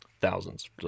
Thousands